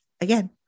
again